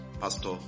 Pastor